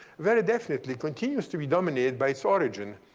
very definitely continues to be dominated by its origin.